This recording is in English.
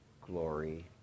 glory